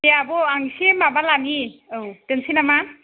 दे आब' आं एसे माबा लानि औ दोनसै नामा